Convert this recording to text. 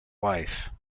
wife